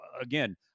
again